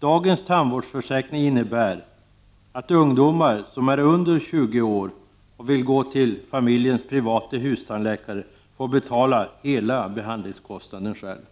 Dagens tandvårdsförsäkring innebär att ungdomar som är under 20 år och vill gå till familjens private ”hustandläkare” får betala hela behandlingskostnaden själv.